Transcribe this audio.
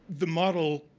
the model,